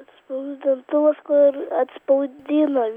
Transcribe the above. atspausdintuvas kur atspaudina